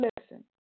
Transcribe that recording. listen